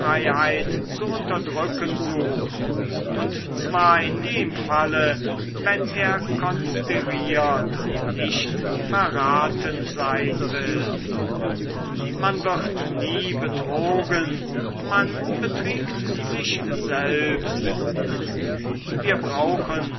zu unterdrücken sucht und zwar in dem falle wenn er konspiriert und nicht verraten sein will man wird nie betrogen man betriegt sich selbst wir brauchen